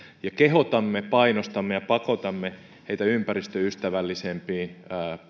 ja kehotamme painostamme ja pakotamme heitä ympäristöystävällisempiin